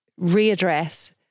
readdress